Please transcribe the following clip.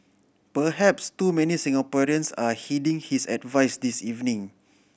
perhaps too many Singaporeans are heeding his advice this evening